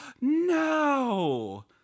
No